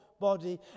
body